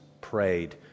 prayed